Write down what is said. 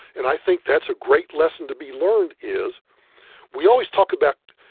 and i think that's a great lesson to be learned is we always talk about,